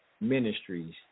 Ministries